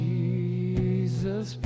Jesus